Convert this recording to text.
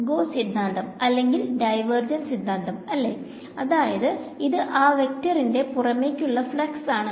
Gauss സിദ്ധാന്തം അല്ലെങ്കിൽ divergence സിദ്ധാന്തം അല്ലേ അതായത് ഇത് ആ വെക്ടറിന്റെ പുറമേക്കുള്ള ഫ്ലക്സ് ആണ്